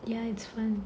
ya it's fun